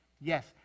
Yes